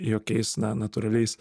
jokiais na natūraliais